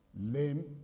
lame